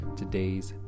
today's